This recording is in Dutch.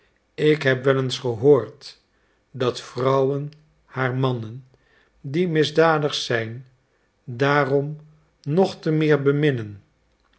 ik heb wel eens gehoord dat vrouwen haar mannen die misdadig zijn daarom nog te meer